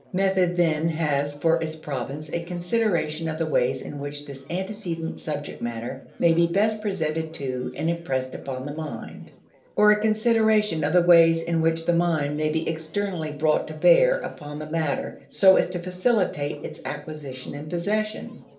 method then has for its province a consideration of the ways in which this antecedent subject matter may be best presented to and impressed upon the mind or, a consideration of the ways in which the mind may be externally brought to bear upon the matter so as to facilitate its acquisition and possession.